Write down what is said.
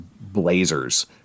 blazers